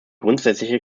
grundsätzliche